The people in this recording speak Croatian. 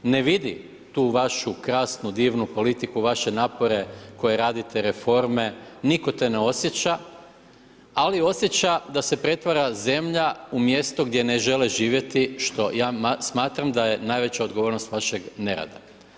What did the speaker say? Ne vidi tu vašu krasnu, divnu politiku, vaše napore koje radite reforme, nitko te ne osjeća ali osjeća da se pretvara zemlja u mjesto gdje ne žele živjeti što ja smatram da je najveća odgovornost vašeg nerada.